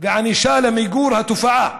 לענישה ולמיגור התופעה.